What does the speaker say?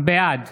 בעד